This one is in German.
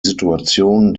situation